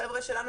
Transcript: חבר'ה שלנו,